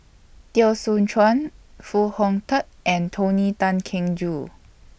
Teo Soon Chuan Foo Hong Tatt and Tony Tan Keng Joo